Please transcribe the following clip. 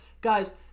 Guys